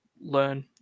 learn